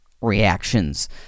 reactions